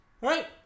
Right